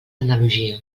analogia